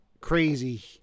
crazy